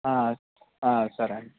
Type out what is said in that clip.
ఆ ఆ సరే అండి